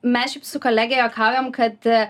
mes šiaip su kolege juokaujam kad